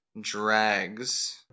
drags